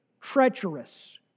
treacherous